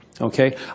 Okay